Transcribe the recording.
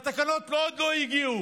והתקנות עוד לא הגיעו.